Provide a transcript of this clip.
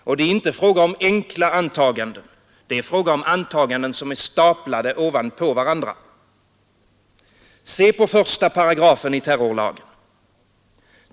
Och det är inte fråga om enkla antaganden, det är fråga om antaganden som är staplade ovanpå varandra. Se på första paragrafen i terrorlagen!